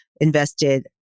invested